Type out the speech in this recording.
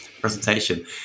presentation